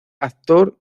actor